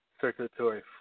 circulatory